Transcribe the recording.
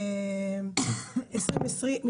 בבקשה.